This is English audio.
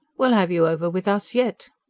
we'll have you over with us yet.